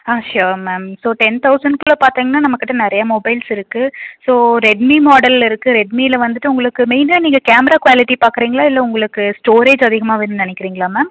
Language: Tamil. ஆ ஷ்யூர் மேம் ஸோ டென் தௌசண்ட்குள்ளே பார்த்தீங்னா நம்மக்கிட்ட நிறைய மொபைல்ஸ் இருக்குது ஸோ ரெட்மி மாடல் இருக்குது ரெட்மியில வந்துட்டு உங்களுக்கு மெயினாக நீங்கள் கேமரா குவாலிட்டி பார்க்கறீங்களா இல்லை உங்களுக்கு ஸ்டோரேஜ் அதிகமாக வேணும் நினைக்கிறீங்களா மேம்